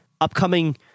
upcoming